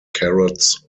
carrots